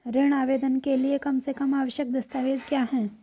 ऋण आवेदन के लिए कम से कम आवश्यक दस्तावेज़ क्या हैं?